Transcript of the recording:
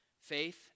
Faith